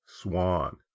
Swan